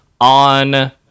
on